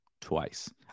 twice